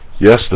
Yes